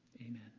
Amen